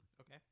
Okay